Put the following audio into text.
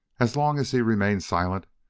as long as he remained silent,